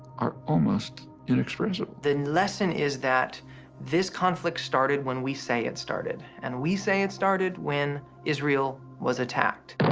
are almost inexpressible. the lesson is that this conflict started when we say it started. and when we say it started when israel was attacked.